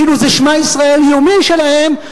כאילו זה "שמע ישראל" יומי שלהם,